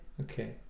Okay